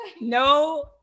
no